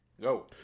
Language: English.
go